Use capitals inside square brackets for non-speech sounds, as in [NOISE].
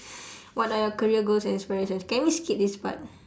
[BREATH] what are your career goals and aspirations can we skip this part